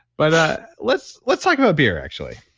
but let's let's talk about beer actually.